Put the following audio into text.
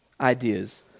ideas